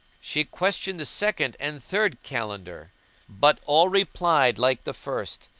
she questioned the second and third kalandar but all replied like the first,